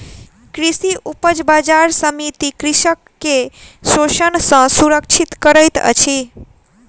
कृषि उपज बजार समिति कृषक के शोषण सॅ सुरक्षित करैत अछि